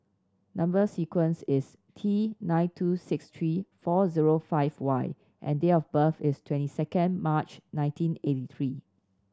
number sequence is T nine two six three four zero five Y and date of birth is twenty second March nineteen eighty three